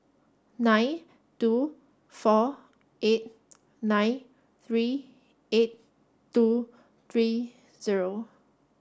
nine two four eight nine three eight two three zero